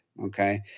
Okay